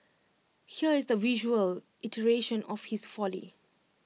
here is the visual iteration of his folly